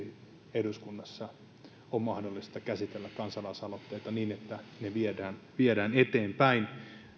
eduskunnassa on mahdollista käsitellä kansa laisaloitteita niin että ne viedään viedään eteenpäin